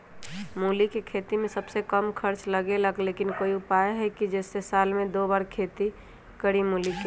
मूली के खेती में सबसे कम खर्च लगेला लेकिन कोई उपाय है कि जेसे साल में दो बार खेती करी मूली के?